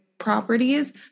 properties